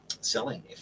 Selling